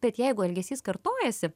bet jeigu elgesys kartojasi